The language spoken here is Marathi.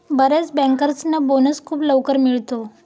बर्याच बँकर्सना बोनस खूप लवकर मिळतो